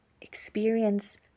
experience